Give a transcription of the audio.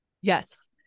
Yes